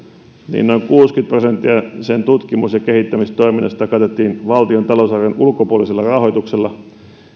niin noin kuusikymmentä prosenttia sen tutkimus ja kehittämistoiminnasta katettiin valtion talousarvion ulkopuolisella rahoituksella